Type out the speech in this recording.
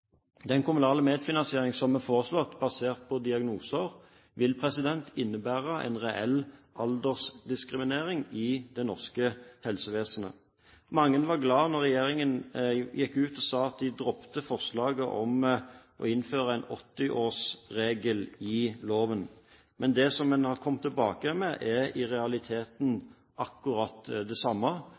Den kommunale medfinansieringen som er foreslått, basert på diagnoser, vil innebære en reell aldersdiskriminering i det norske helsevesenet. Mange var glade da regjeringen gikk ut og sa at den droppet forslaget om å innføre en 80-årsregel i loven. Men det den har kommet tilbake med, er i realiteten akkurat det samme,